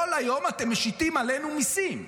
כל היום אתם משיתים עלינו מיסים.